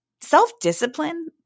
self-discipline